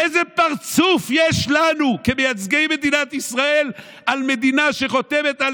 איזה פרצוף יש לנו כמייצגי מדינת ישראל על מדינה שחותמת על